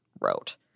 wrote